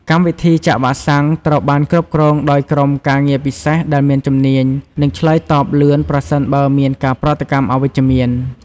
កម្មវិធីចាក់វ៉ាក់សាំងត្រូវបានគ្រប់គ្រងដោយក្រុមការងារពិសេសដែលមានជំនាញ និងឆ្លើយតបលឿនប្រសិនបើមានការប្រតិកម្មអវិជ្ជមាន។